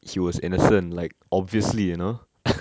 he was innocent like obviously you know